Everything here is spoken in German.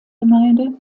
gemeinde